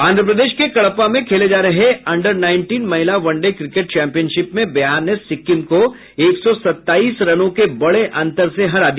आंध्र प्रदेश के कड़पा में खेले जा रहे अंडर नाईनटीन महिला वनडे क्रिकेट चैम्पियनशिप में बिहार ने सिक्किम को एक सौ सत्ताईस रनों के बड़े अंतर से हरा दिया